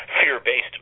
fear-based